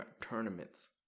tournaments